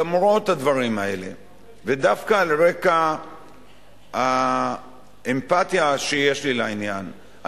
למרות הדברים האלה ודווקא על רקע האמפתיה שיש לי לעניין,